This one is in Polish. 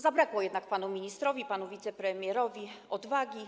Zabrakło jednak panu ministrowi, panu wicepremierowi odwagi.